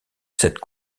cette